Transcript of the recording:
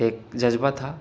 ایک جزبہ تھا